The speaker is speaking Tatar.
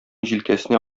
җилкәсенә